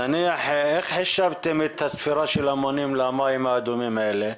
איך חישבתם את הספירה של המונים למים האדומים האלה?